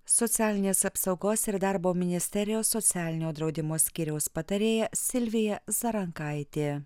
socialinės apsaugos ir darbo ministerijos socialinio draudimo skyriaus patarėja silvija zarankaitė